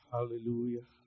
Hallelujah